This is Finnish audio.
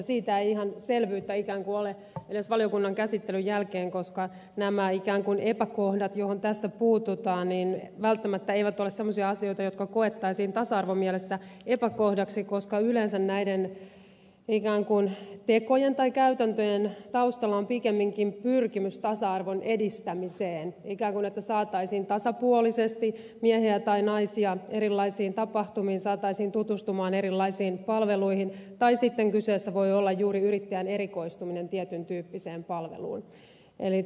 siitä ei ihan selvyyttä ole edes valiokunnan käsittelyn jälkeen koska nämä epäkohdat joihin tässä puututaan välttämättä eivät ole semmoisia asioita jotka koettaisiin tasa arvomielessä epäkohdaksi koska yleensä näiden tekojen tai käytäntöjen taustalla on pikemminkin pyrkimys tasa arvon edistämiseen että saataisiin tasapuolisesti miehiä tai naisia erilaisiin tapahtumiin saataisiin tutustumaan erilaisiin palveluihin tai sitten kyseessä voi olla juuri yrittäjän erikoistuminen tietyn tyyppiseen palveluun